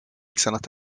excellent